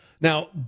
Now